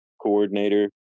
coordinator